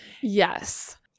Yes